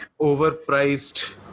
overpriced